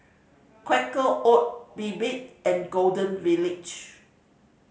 Quaker Oat Bebe and Golden Village